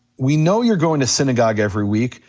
we know you're going to synagogue every week,